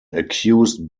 accused